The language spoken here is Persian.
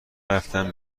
رفتم